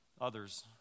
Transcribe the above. others